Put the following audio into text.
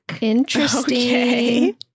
Interesting